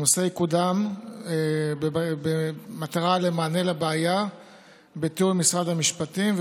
הנושא יקודם במטרה לתת מענה לבעיה בתיאום עם משרד המשפטים.